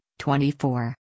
24